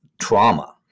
trauma